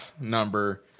number